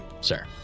sir